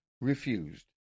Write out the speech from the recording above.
refused